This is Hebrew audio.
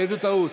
איזה טעות?